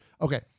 Okay